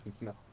No